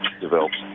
developed